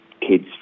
kids